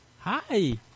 Hi